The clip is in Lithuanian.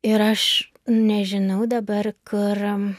ir aš nežinau dabar kur